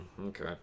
okay